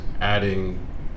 adding